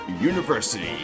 University